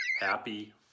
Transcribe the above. happy